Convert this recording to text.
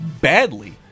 badly